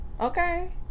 okay